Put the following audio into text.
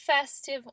festive